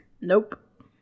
Nope